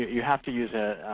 you have to use